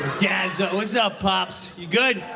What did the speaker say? dad's always up pops. you good?